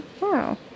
Wow